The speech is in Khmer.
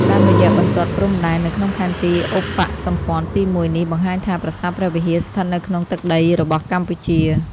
តាមរយៈបន្ទាត់ព្រំដែន នៅក្នុងផែនទីឧបសម្ព័ន្ធទី១នេះ បង្ហាញថា ប្រាសាទព្រះវិហារស្ថិតនៅក្នុងទឹកដីរបស់កម្ពុជា។